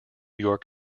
york